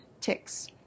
ticks